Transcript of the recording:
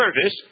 service